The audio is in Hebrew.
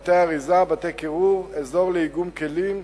בתי-אריזה, בתי-קירור, אזור לאיגום כלים,